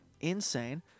Insane